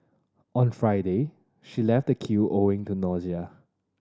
on Friday she left the queue owing to nausea